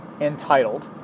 entitled